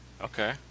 Okay